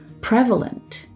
prevalent